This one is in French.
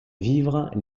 vivres